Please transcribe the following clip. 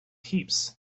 heaps